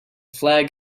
flag